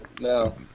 no